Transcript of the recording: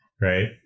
right